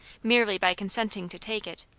merely by consenting to take it.